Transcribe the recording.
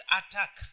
attack